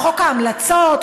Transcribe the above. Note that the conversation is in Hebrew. חוק ההמלצות,